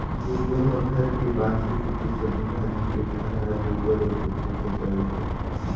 घुरूवा म घर के बाचे खुचे सब्जी भाजी के डठरा, गोबर अउ सब्बो कचरा ल फेकथें